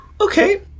okay